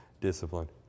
discipline